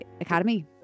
academy